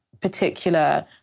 particular